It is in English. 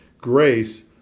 grace